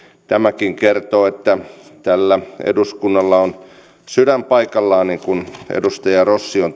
tämäkin kertoo että tällä eduskunnalla on sydän paikallaan niin kuin edustaja rossi on